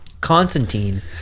Constantine